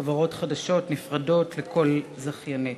חברות חדשות נפרדות לכל זכיינית?